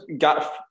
got